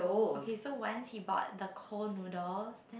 okay so once he bought the cold noodles then